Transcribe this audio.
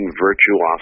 virtuosity